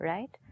Right